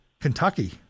Kentucky